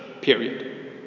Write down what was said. Period